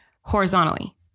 horizontally